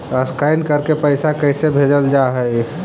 Scan करके पैसा कैसे भेजल जा हइ?